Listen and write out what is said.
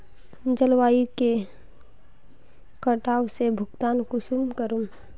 जलवायु के कटाव से भुगतान कुंसम करूम?